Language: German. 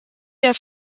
der